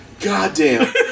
Goddamn